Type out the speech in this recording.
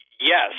Yes